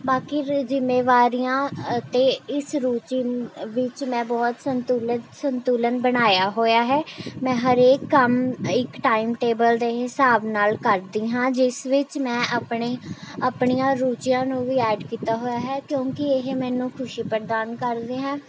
ਬਾਕੀ ਜ਼ਿੰਮੇਵਾਰੀਆਂ ਅਤੇ ਇਸ ਰੁਚੀ ਨੂੰ ਵਿੱਚ ਮੈਂ ਬਹੁਤ ਸੰਤੁਲਿਤ ਸੰਤੁਲਨ ਬਣਾਇਆ ਹੋਇਆ ਹੈ ਮੈਂ ਹਰੇਕ ਕੰਮ ਇੱਕ ਟਾਈਮ ਟੇਬਲ ਦੇ ਹਿਸਾਬ ਨਾਲ ਕਰਦੀ ਹਾਂ ਜਿਸ ਵਿੱਚ ਮੈਂ ਆਪਣੇ ਆਪਣੀਆਂ ਰੂਚੀਆਂ ਨੂੰ ਵੀ ਐਡ ਕੀਤਾ ਹੋਇਆ ਹੈ ਕਿਉਂਕਿ ਇਹ ਮੈਨੂੰ ਖੁਸ਼ੀ ਪ੍ਰਦਾਨ ਕਰਦੇ ਹੈ